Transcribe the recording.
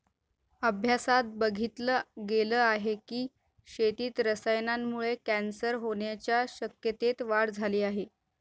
अभ्यासात बघितल गेल आहे की, शेतीत रसायनांमुळे कॅन्सर होण्याच्या शक्यतेत वाढ झाली आहे